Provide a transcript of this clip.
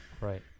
right